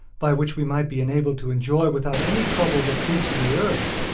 by which we might be enabled to enjoy without any trouble the fruits of the earth,